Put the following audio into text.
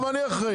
גם אני אחראי.